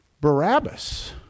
Barabbas